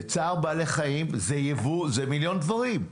צער בעלי חיים זה יבוא, זה מיליון דברים.